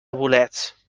bolets